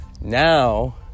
Now